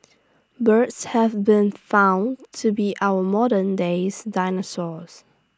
birds have been found to be our moderndays dinosaurs